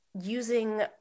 using